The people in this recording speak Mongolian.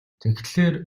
тэгэхлээр